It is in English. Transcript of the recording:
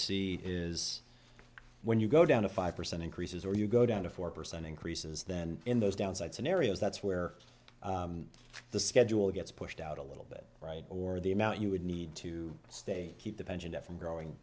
see is when you go down a five percent increases or you go down to four percent increases then in those downside scenarios that's where the schedule gets pushed out a little bit right or the amount you would need to stay keep the pension that from growing